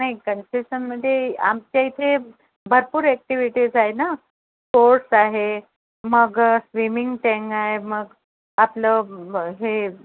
नाही कन्सेसन म्हणजे आमच्या इथे भरपूर ऍक्टिव्हिटीज आहे ना स्पोर्ट्स आहे मग स्विमिंग टॅंग आहे मग आपलं हे